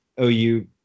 OU